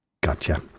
gotcha